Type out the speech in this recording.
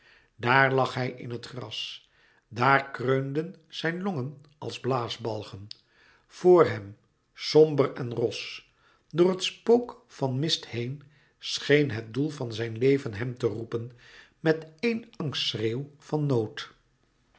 daar lag hij in het gras daar kreunden zijn longen als blaasbalgen voor hem somber en ros door het spook van mist heen scheen het louis couperus metamorfoze doel van zijn leven hem te roepen met éen angstschreeuw van nood